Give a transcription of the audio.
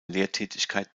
lehrtätigkeit